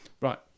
right